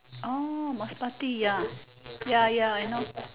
orh must party ya ya ya I know